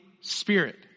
Spirit